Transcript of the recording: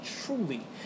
truly